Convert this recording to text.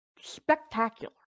Spectacular